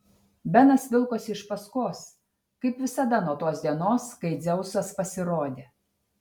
benas vilkosi iš paskos kaip visada nuo tos dienos kai dzeusas pasirodė